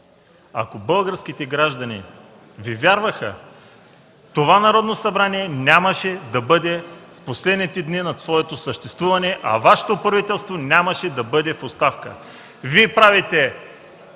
Ако българските граждани Ви вярваха, това Народно събрание нямаше да бъде в последните дни на своето съществуване, а Вашето правителство нямаше да бъде в оставка. Вие правите